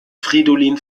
fridolin